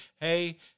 hey